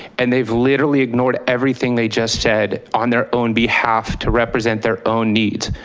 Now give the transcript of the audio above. and they've literally ignored everything they just said on their own behalf to represent their own needs.